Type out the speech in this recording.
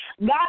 God